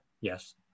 Yes